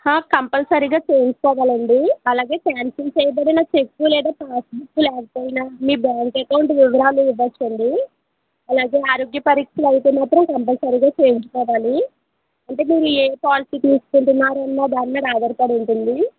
కంపల్సరీగా చెయ్యించుకోవాలండి అలాగే క్యాన్సిల్ చేయ్యబడిన చెక్కు లేదా పాస్బుక్కు లేకపోయినా మీ బ్యాంక్ అకౌంట్ వివరాలు ఇవ్వచ్చండి అలాగే ఆరోగ్య పరీక్షలైతే మాత్రం కంపల్సరీగా చెయ్యించుకోవాలి అంటే మీరు ఏ పాలసీ తీసుకుంటున్నారన్న దాని మీద ఆధారపడి ఉంటుంది